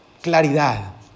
claridad